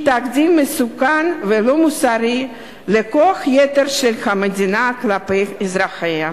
היא תקדים מסוכן ולא מוסרי לכוח יתר של המדינה כלפי אזרחיה.